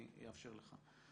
אני אאפשר לך.